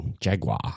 Jaguar